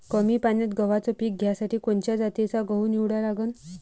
कमी पान्यात गव्हाचं पीक घ्यासाठी कोनच्या जातीचा गहू निवडा लागन?